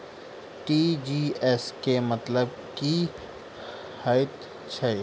TGS केँ मतलब की हएत छै?